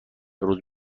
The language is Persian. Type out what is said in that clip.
روز